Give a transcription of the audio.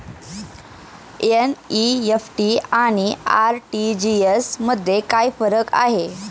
NEFT आणि RTGS मध्ये काय फरक आहे?